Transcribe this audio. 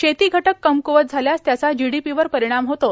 शेती घटक कमक्वत झाल्यास त्याचा जीडीपीवर परिणाम होतो